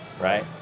right